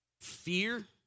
Fear